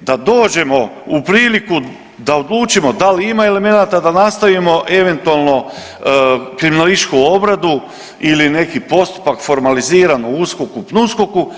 da dođemo u priliku da odlučimo da li ima elemenata da nastavimo eventualno kriminalističku obradu ili neki postupak formaliziran u USKOK-u, PNUSKOK-u.